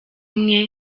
umwe